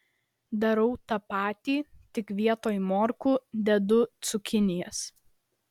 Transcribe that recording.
darau tą patį tik vietoj morkų dedu cukinijas